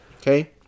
okay